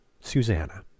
Susanna